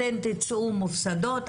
אתן תצאו מופסדות.